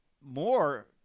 more